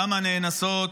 דם הנאנסות,